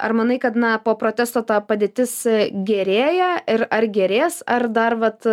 ar manai kad na po protesto ta padėtis gerėja ir ar gerės ar dar vat